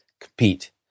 compete